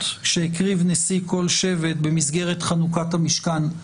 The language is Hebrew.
שהקריב נשיא כל שבט במסגרת חנוכת המשכן.